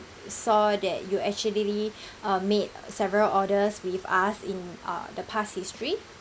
saw that you actually uh made several orders with us in uh the past history